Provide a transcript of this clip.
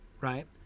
right